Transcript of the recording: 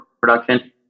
production